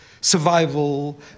survival